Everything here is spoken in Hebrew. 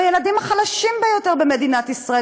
בילדים החלשים ביותר במדינת ישראל,